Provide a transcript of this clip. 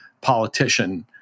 politician